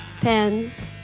pens